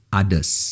others